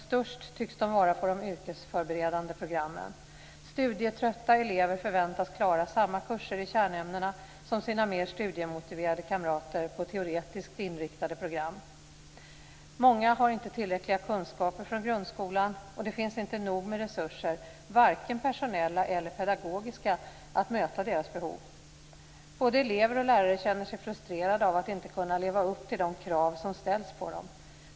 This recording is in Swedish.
Störst tycks de vara på de yrkesförberedande programmen. Studietrötta elever förväntas klara samma kurser i kärnämnena som sina mer studiemotiverade kamrater på teoretiskt inriktade program. Många har inte tillräckliga kunskaper från grundskolan, och det finns inte nog med resurser, vare sig personella eller pedagogiska, att möta deras behov. Både elever och lärare känner sig frustrerade av att inte kunna leva upp till de krav som ställs på dem.